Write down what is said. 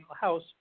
house